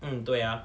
mm 对啊